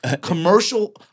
Commercial